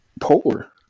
poor